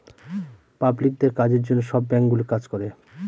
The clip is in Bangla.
পাবলিকদের কাজের জন্য সব ব্যাঙ্কগুলো কাজ করে